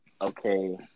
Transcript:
okay